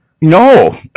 No